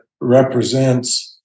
represents